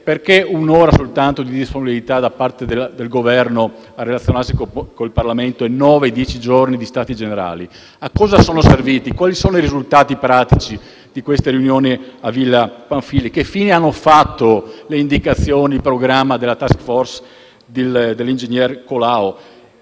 perché un'ora soltanto di disponibilità da parte del Governo a relazionarsi con il Parlamento e nove o dieci giorni di Stati generali? A cosa sono serviti? Quali sono stati i risultati pratici di queste riunioni a Villa Pamphilj? Che fine hanno fatto le indicazioni e il programma della *task force* dell'ingegner Colao?